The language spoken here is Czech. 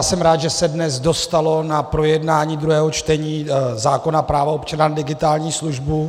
Jsem rád, že se dnes dostalo na projednání druhého čtení zákona práva občana na digitální službu.